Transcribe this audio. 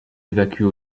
évacuent